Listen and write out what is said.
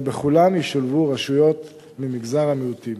בכולם ישולבו רשויות ממגזר המיעוטים,